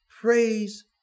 praise